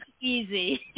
easy